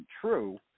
true